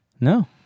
No